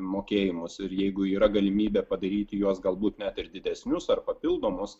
mokėjimus ir jeigu yra galimybė padaryti juos galbūt net ir didesnius ar papildomus